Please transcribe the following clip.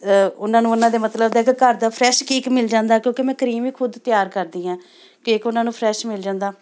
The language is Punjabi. ਉਹਨਾਂ ਨੂੰ ਉਹਨਾਂ ਦੇ ਮਤਲਬ ਦਾ ਇੱਕ ਘਰ ਦਾ ਫਰੈਸ਼ ਕੇਕ ਮਿਲ ਜਾਂਦਾ ਕਿਉਂਕਿ ਮੈਂ ਕਰੀਮ ਵੀ ਖੁਦ ਤਿਆਰ ਕਰਦੀ ਹਾਂ ਕੇਕ ਉਹਨਾਂ ਨੂੰ ਫਰੈਸ਼ ਮਿਲ ਜਾਂਦਾ